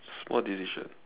small decision